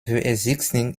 existing